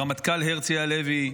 הרמטכ"ל הרצי הלוי,